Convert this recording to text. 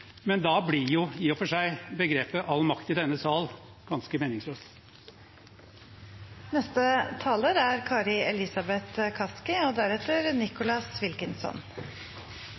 Men da blir jo i og for seg begrepet all makt i denne sal ganske